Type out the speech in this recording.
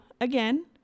again